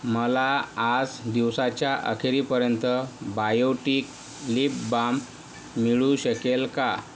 मला आज दिवसाच्या अखेरीपर्यंत बायोटिक लिप बाम मिळू शकेल का